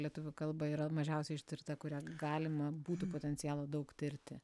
lietuvių kalba yra mažiausiai ištirta kurią galima būtų potencialo daug tirti